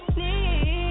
need